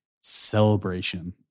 celebration